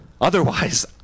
otherwise